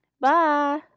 Bye